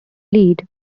lead